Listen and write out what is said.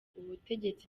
ubutegetsi